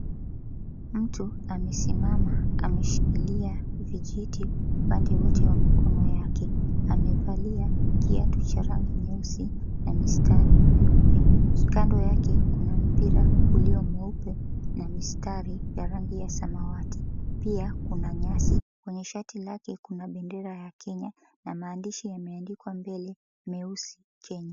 Mtu amesimama ameshikilia vijiti upande wote wa mikono yake. Amevalia kiatu cha rangi nyeusi na mistari meupe. Kando yake kuna mpira ulio mweupe na mistari ya rangi ya samawati, pia kuna nyasi. Kwenye shati lake kuna bendera ya Kenya, na maandishi yameandikwa mbele meusi, Kenya.